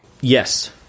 Yes